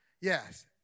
Yes